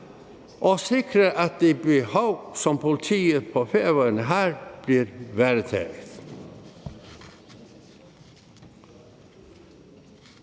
og sikrer, at det behov, som politiet på Færøerne har, bliver varetaget.